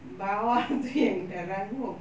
bawah itu yang dah rangup